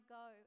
go